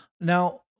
Now